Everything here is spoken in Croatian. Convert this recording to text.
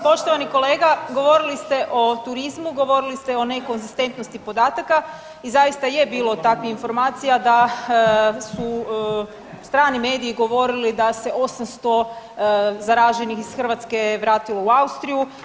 Poštovani kolega, govorili ste o turizmu, govorili ste o nekonzistentnosti podataka i zaista je bilo takvih informacija da su strani mediji govorili da se 800 zaraženih iz Hrvatske vratilo u Austriju.